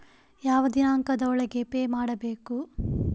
ಯಾವ ದಿನಾಂಕದ ಒಳಗೆ ಪೇ ಮಾಡಬೇಕು?